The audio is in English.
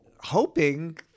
hoping